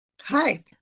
Hi